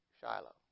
Shiloh